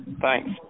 Thanks